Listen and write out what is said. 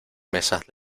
mesas